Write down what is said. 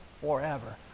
forever